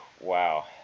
Wow